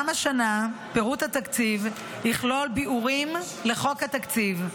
גם השנה, פירוט התקציב יכלול ביאורים לחוק התקציב.